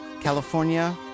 California